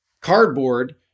cardboard